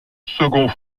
second